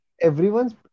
everyone's